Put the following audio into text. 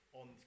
on